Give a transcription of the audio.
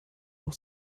auch